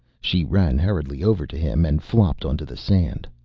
she ran hurriedly over to him and flopped onto the sand.